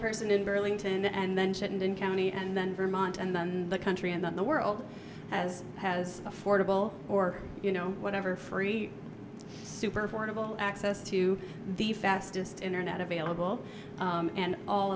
person in burlington and then shouldn't in county and then vermont and then the country and the world as has affordable or you know whatever free super for noble access to the fastest internet available and all